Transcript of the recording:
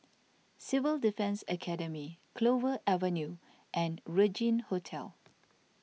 Civil Defence Academy Clover Avenue and Regin Hotel